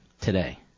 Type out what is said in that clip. today